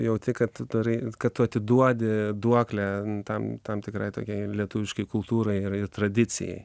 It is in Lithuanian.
jauti kad darai kad tu atiduodi duoklę tam tam tikrai tokia lietuviškai kultūrai ir ir tradicijai